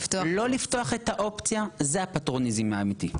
לא לפתוח את האופציה זה הפטרוניזם האמתי.